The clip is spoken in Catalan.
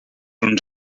uns